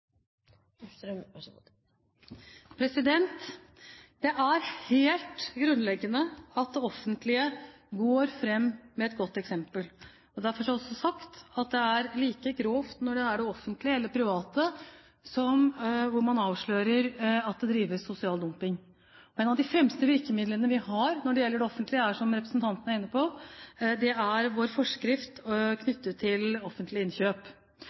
Det er helt grunnleggende at det offentlige går foran med et godt eksempel. Derfor har jeg også sagt at det er like grovt når man avslører at det drives sosial dumping i det offentlige som i det private. Et av de fremste virkemidlene vi har når det gjelder det offentlige, er som representanten Gullvåg er inne på, vår forskrift knyttet til offentlige innkjøp.